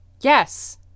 yes